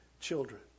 children